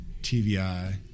TVI